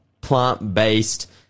plant-based